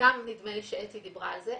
נדמה לי גם שאתי דיברה על זה.